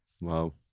Wow